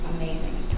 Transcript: amazing